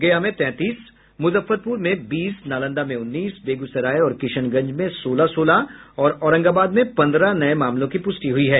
गया में तैंतीस मुजफ्फरपुर में बीस नालंदा में उन्नीस बेगूसराय और किशनगंज में सोलह सोलह और औरंगाबाद में पंद्रह नये मामलों की पुष्टि हुई है